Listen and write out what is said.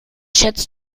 schätzt